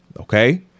Okay